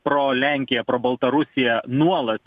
pro lenkiją pro baltarusiją nuolat